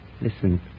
Listen